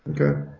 Okay